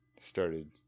started